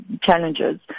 challenges